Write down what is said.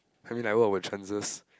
I mean like what were chances